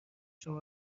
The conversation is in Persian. شما